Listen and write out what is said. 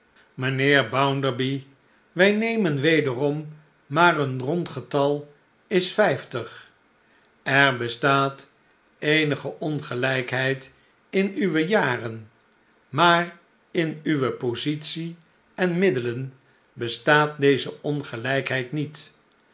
mijnheer bounderby wij nemen wederom maar een rond getal is vijftig er bestaat eenige ongelijkheid in uwe jaren maar in uwe positie en middelen bestaat deze ongelijkheid niet